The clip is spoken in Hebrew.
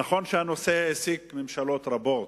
נכון שהנושא העסיק ממשלות רבות,